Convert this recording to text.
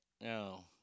No